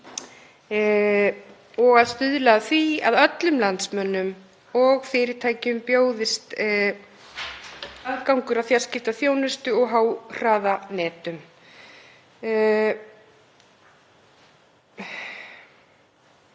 og að stuðla að því að öllum landsmönnum og fyrirtækjum bjóðist aðgangur að fjarskiptaþjónustu og háhraðanetum.